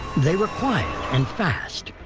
they were quiet and fast,